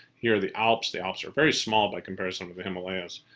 here are the alps. the alps are very small by comparison with the himalayas.